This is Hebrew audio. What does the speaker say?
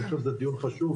אני חושב שזה דיון חשוב,